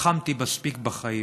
לחמתי מספיק בחיים.